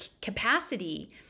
capacity